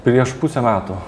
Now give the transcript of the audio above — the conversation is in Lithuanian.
prieš pusę metų